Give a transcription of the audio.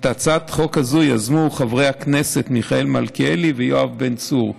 את הצעת החוק הזאת יזמו חברי הכנסת מיכאל מלכיאלי ויואב בן צור.